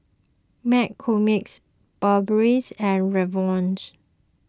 McCormick's Burberry and Revlon